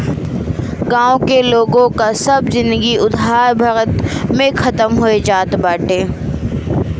गांव के लोग कअ सब जिनगी उधारे भरत में खतम हो जात बाटे